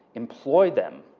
employ them.